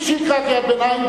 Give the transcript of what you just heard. מי שיקרא קריאת ביניים,